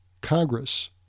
Congress